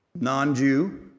non-Jew